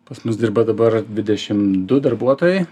pas mus dirba dabar dvidešim du darbuotojai